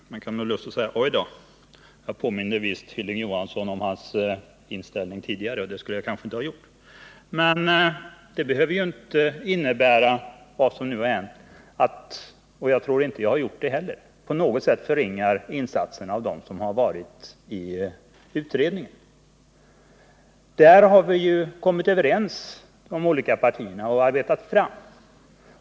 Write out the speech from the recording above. Herr talman! Man kan få lust att säga: Oj då! Jag påminde visst Hilding Johansson om den inställning han haft tidigare, och det skulle jag kanske inte ha gjort. Men det behöver ju inte innebära att jag på något sätt förringar de insatser som gjorts av dem som arbetat i utredningen — och jag tror inte heller att jag gjort det. Det som arbetats fram i utredningen har ju de olika partierna varit överens om.